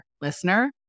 Listener